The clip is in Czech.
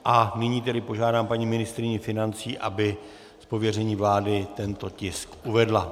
A nyní tedy požádám paní ministryni financí, aby z pověření vlády tento tisk uvedla.